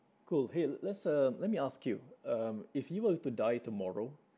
cool !hey! let's uh let me ask you um if you were to die tomorrow